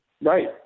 Right